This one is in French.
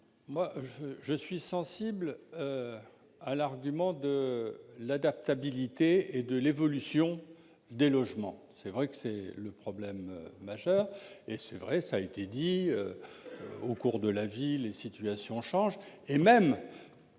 vote. Je suis sensible à l'argument de l'adaptabilité et de l'évolution des logements. C'est un problème majeur. Cela a été dit, au cours de la vie, les situations changent et même